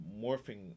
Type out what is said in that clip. morphing